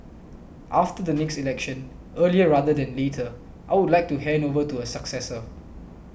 after the next election earlier rather than later I would like to hand over to a successor